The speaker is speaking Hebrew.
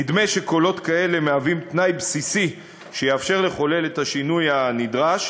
נדמה שקולות כאלה הם תנאי בסיסי שיאפשר לחולל את השינוי הנדרש.